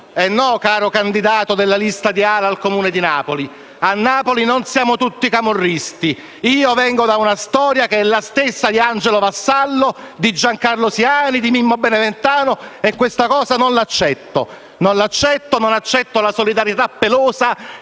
no, caro candidato della lista di AL-A al Comune di Napoli, a Napoli non siamo tutti camorristi. Io vengo da una storia che è la stessa di Angelo Vassallo, di Giancarlo Siani, di Mimmo Beneventano e questa cosa non l'accetto, non accetto la solidarietà pelosa